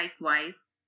likewise